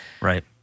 Right